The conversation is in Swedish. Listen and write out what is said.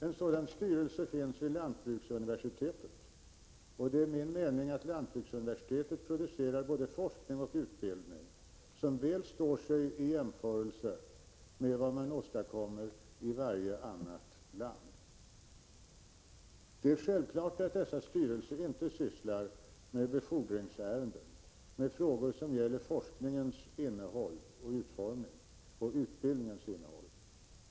En sådan styrelse finns också vid Lantbruksuniversitetet, och det är min uppfattning att Lantbruksuniversitetet producerar både forskning och utbildning som väl står sig i jämförelse med vad man åstadkommer i varje annat land. Det är självklart att dessa styrelser inte sysslar med befordringsärenden, med frågor som gäller forskningens innehåll och utformning — och utbildningens innehåll.